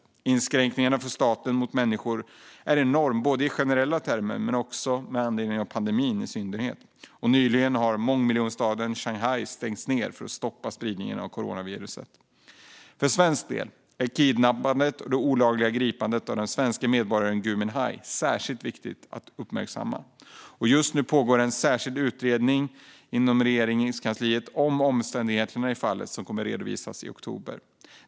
Statens inskränkningar gentemot människor är enorma, både i generella termer och med anledning av pandemin i synnerhet. Nyligen har mångmiljonstaden Shanghai stängts ned för att stoppa spridningen av coronaviruset. För svensk del är kidnappandet och det olagliga gripandet av den svenske medborgare Gui Minhai särskilt viktigt att uppmärksamma. Just nu pågår en särskild utredning i Regeringskansliet om omständigheterna i fallet, som kommer att redovisas i oktober.